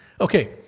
Okay